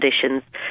conditions